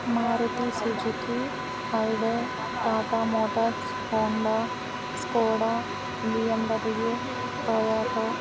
Maruti Suzuki హైడర్ Tata Motors Honda Skoda B M W Toyota